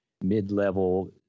mid-level